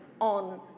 on